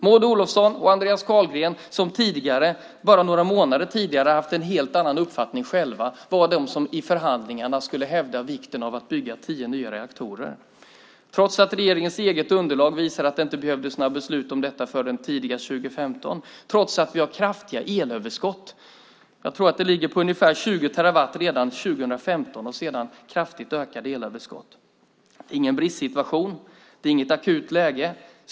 Maud Olofsson och Andreas Carlgren som bara några månader tidigare hade haft en helt annan uppfattning var de som i förhandlingarna skulle hävda vikten av att bygga tio nya reaktorer, trots att regeringens eget underlag visade att det inte behövdes några beslut om detta förrän tidigast 2015 och trots att vi har kraftiga elöverskott. Jag tror att det ligger på ungefär 20 terawattimmar redan 2015, och sedan är det kraftigt ökade elöverskott. Det är ingen bristsituation. Det är inget akut läge.